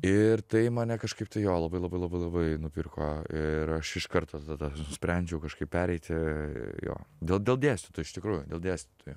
ir tai mane kažkaip tai jo labai labai labai labai nupirko ir aš iš karto tada nusprendžiau kažkaip pereiti jo dėl dėl dėstytojų iš tikrųjų dėl dėstytojų